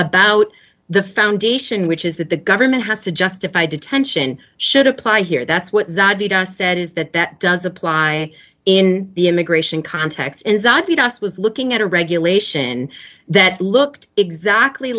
about the foundation which is that the government has to justify detention should apply here that's what i said is that that does apply in the immigration context and zaki das was looking at a regulation that looked exactly